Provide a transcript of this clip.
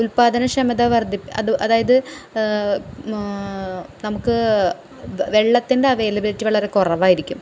ഉൽപാദന ക്ഷമത വർദ്ധിപ്പിക്കും അതായത് നമുക്ക് വെള്ളത്തിൻ്റെ അവൈലബിലിറ്റി വളരെ കുറവായിരിക്കും